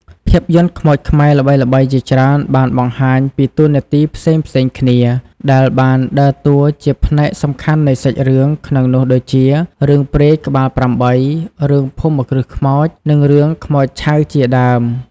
ភាពយន្តខ្មោចខ្មែរល្បីៗជាច្រើនបានបង្ហាញពីតួនាទីផ្សេងៗគ្នា ដែលបានដើរតួជាផ្នែកសំខាន់នៃសាច់រឿង ក្នុងនោះដូចជា រឿងព្រាយក្បាល៨ រឿងភូមិគ្រឹះខ្មោច និងរឿងខ្មោចឆៅជាដើម។